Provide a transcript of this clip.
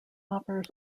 offers